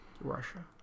Russia